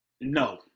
No